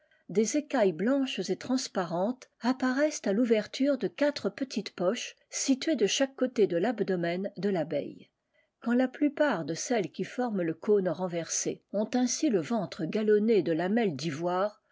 des écailles blanches et transparentes apparaissent à l'ouverture de quatre petites poches situées de chaque côté de l'abdomen de labeille quand la plupart de celles qui forment le c renversé ont ainsi le ventre galonné de la vie des